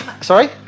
Sorry